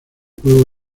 juego